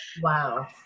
Wow